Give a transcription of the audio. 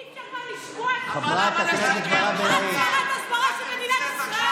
אי-אפשר כבר לשמוע, את שרת ההסברה של מדינת ישראל?